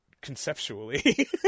conceptually